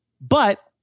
But-